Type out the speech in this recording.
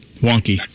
Wonky